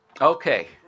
Okay